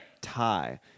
tie